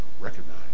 recognize